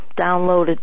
downloaded